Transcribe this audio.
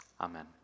Amen